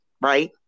Right